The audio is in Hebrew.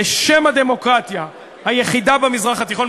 בשם הדמוקרטיה היחידה במזרח התיכון.